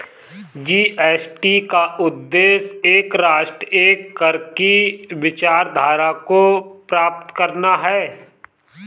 GST का उद्देश्य एक राष्ट्र, एक कर की विचारधारा को प्राप्त करना है